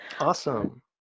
Awesome